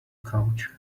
couch